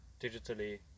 digitally